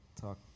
talk